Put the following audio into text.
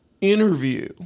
interview